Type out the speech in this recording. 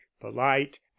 polite